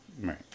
Right